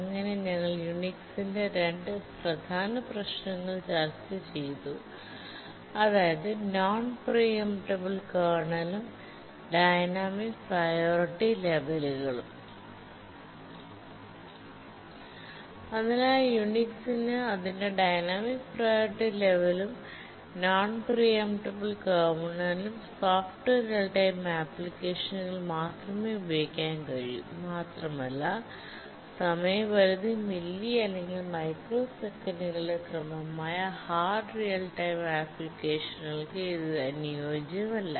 അങ്ങനെ ഞങ്ങൾ യുണിക്സിന്റെ രണ്ട് പ്രധാന പ്രശ്നങ്ങൾ ചർച്ചചെയ്തു അതായത് നോൺ പ്രീ എംറ്റബ്ൾ കെർണൽ ഉം ഡൈനാമിക് പ്രിയോറിറ്റി ലെവലുകളും അതിനാൽ യുണിക്സിന് അതിന്റെ ഡൈനാമിക് പ്രിയോറിറ്റി ലെവലും നോൺ പ്രീ എംറ്റബ്ൾ കേർണലും സോഫ്റ്റ് റിയൽ ടൈംആപ്ലിക്കേഷനുകളിൽ മാത്രമേ ഉപയോഗിക്കാൻ കഴിയൂ മാത്രമല്ല സമയപരിധി മില്ലി അല്ലെങ്കിൽ മൈക്രോസെക്കൻഡുകളുടെ ക്രമമായ ഹാർഡ് റിയൽ ടൈം അപ്ലിക്കേഷനുകൾക്ക് ഇത് അനുയോജ്യമല്ല